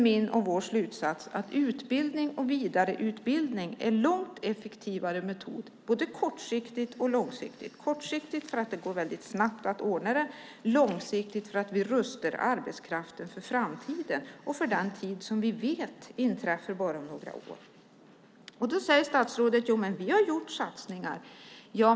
Min och vår slutsats är att utbildning och vidareutbildning är en långt effektivare metod både kortsiktigt och långsiktigt. Kortsiktigt för att det går väldigt snabbt att ordna det och långsiktigt för att vi rustar arbetskraften för framtiden och för den tid som vi vet kommer om bara några år. Statsrådet säger: Jo, men vi har gjort satsningar!